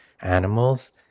animals